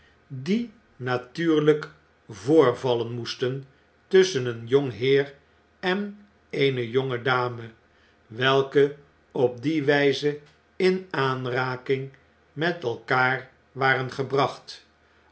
die natuurlijk voorvallen moesten tusschen een jong heer en eene jonge dame welke op die wijze in aanraking met elkaar waren gebracht